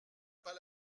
pas